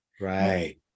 Right